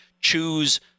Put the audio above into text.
choose